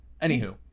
Anywho